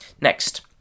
Next